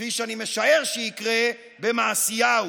כפי שאני משער שיקרה, במעשיהו,